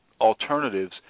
alternatives